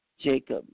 Jacob